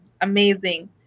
amazing